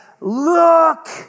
look